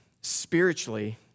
spiritually